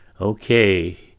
okay